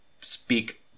speak